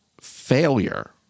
failure